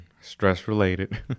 Stress-related